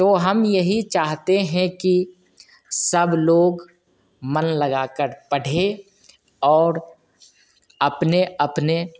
तो हम यही चाहते हैं कि सब लोग मन लगाकर पढ़ें और अपने अपने